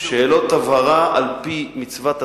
שאלות הבהרה, על-פי מצוות התקנון,